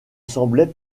semblaient